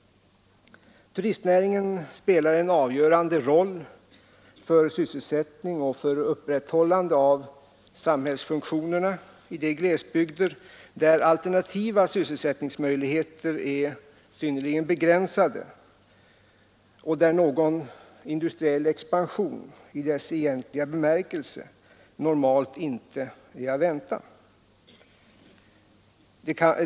Turistnäringen spelar en avgörande roll för sysselsättning och för upprätthållande av samhällsfunktionerna i de glesbygder där alternativa sysselsättningsmöjligheter är synnerligen begränsade och när någon industriell expansion i sin egentliga bemärkelse normalt inte är att vänta.